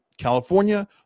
California